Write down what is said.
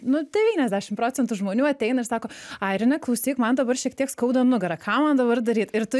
nu devyniasdešimt procentų žmonių ateina ir sako airine klausyk man dabar šiek tiek skauda nugarą ką man dabar daryt ir tu